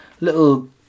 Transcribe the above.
little